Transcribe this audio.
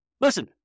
Listen